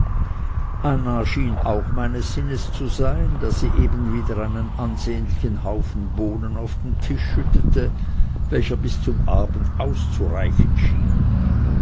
schien auch meines sinnes zu sein da sie eben wieder einen ansehnlichen haufen bohnen auf den tisch schüttete welcher bis zum abend auszureichen schien